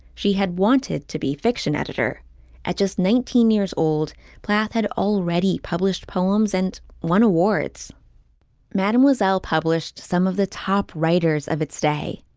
she had wanted to be fiction editor at just nineteen years old plath had already published poems and won awards mademoiselle published some of the top writers of its day.